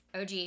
OG